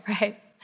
right